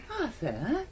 Arthur